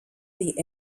the